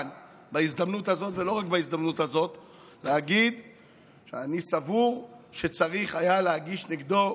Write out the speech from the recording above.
אחד הנושאים שדורשים ביטחון הן 200,000 נשים שנמצאות במעגל האלימות,